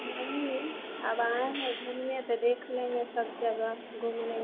नहीं अब आए हैं घूमने तो देख लेंगे सब जगह घूम लेंगे